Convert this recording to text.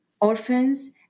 orphans